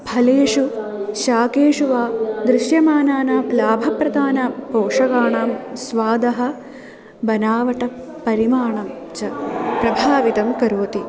फलेषु शाकेषु वा दृश्यमानानां लाभप्रदानां पोषकाणां स्वादः वनावटपरिमाणं च प्रभावितं करोति